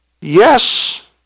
yes